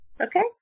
Okay